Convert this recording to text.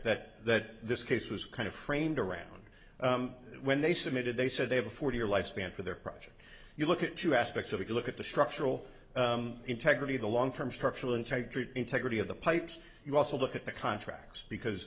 that that this case was kind of framed around when they submitted they said they have a forty year lifespan for their project you look at two aspects of it you look at the structural integrity the long term structural integrity integrity of the pipes you also look at the contracts because